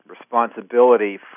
responsibility